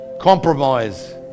compromise